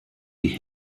die